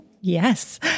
Yes